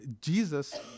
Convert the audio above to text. Jesus